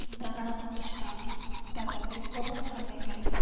तरणं दृष्टवती तदपि बहुसम्यक् अस्ति